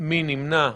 מי נמנע?